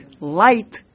Light